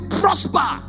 prosper